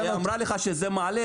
לשנות --- אבל היא אמרה לך שזה מעלה,